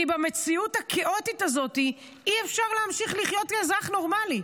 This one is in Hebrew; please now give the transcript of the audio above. כי במציאות הכאוטית הזאת אי-אפשר להמשיך לחיות כאזרח נורמלי.